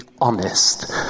honest